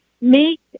make